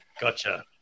Gotcha